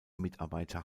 mitarbeiter